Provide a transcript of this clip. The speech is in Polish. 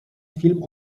film